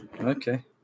Okay